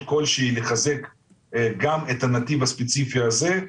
כלשהי לחזק גם את הנתיב הספציפי הזה,